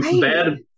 bad